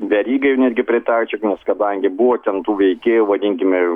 verygai netgi pritarč nors kadangi buvo ten tų veikėjų vadinkime